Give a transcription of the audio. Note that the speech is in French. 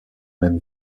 même